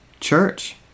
church